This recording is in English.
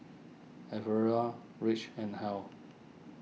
Rich and Hal